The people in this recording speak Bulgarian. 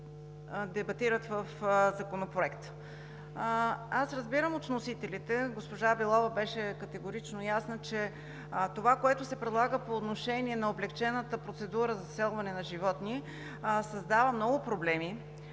дебатират в Законопроекта. Аз разбирам от вносителите, госпожа Белова беше категорично ясна, че това, което се предлага по отношение на облекчената процедура за заселване на животни, създава много проблеми,